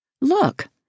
Look